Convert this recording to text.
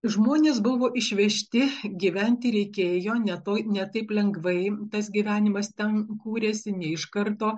žmonės buvo išvežti gyventi reikėjo ne tai ne taip lengvai tas gyvenimas ten kūrėsi ne iš karto